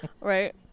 Right